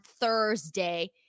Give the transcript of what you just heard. Thursday